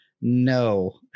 No